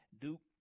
Duke